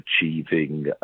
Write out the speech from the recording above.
achieving